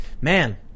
Man